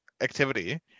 activity